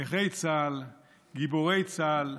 נכי צה"ל, גיבורי צה"ל,